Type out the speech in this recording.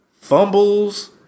fumbles